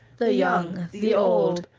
the young, the old,